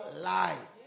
life